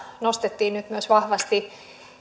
nostettiin nyt myös vahvasti